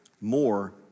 more